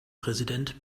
präsident